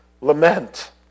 lament